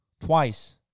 twice